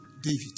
David